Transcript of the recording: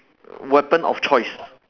weapon of choice